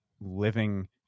living